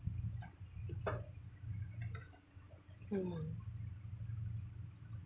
mm